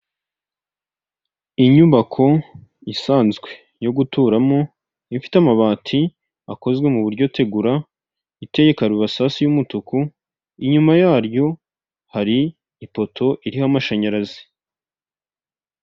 Inyubako isanzwe, yo guturamo, ifite amabati akozwe mu buryo tegura, iteye karabasasu y'umutuku, inyuma yaryo, hari ipoto iriho amashanyarazi.